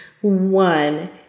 one